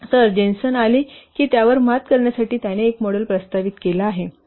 तर जेनसन आले की त्यावर मात करण्यासाठी त्याने एक मॉडेल प्रस्तावित केला आहे